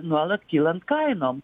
nuolat kylant kainom